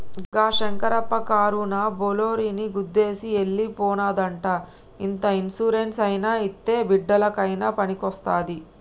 గా శంకరప్ప కారునా బోలోరోని గుద్దేసి ఎల్లి పోనాదంట ఇంత ఇన్సూరెన్స్ అయినా ఇత్తే బిడ్డలకయినా పనికొస్తాది